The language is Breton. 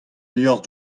liorzh